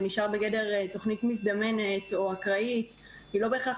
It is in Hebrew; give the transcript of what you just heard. זה נשאר בגדר תוכנית מזדמנת או אקראית שלא בהכרח